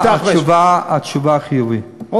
ושם כאמור יש הצבעה על ליקויים בהתנהלות הפיילוט הביומטרי.